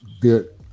good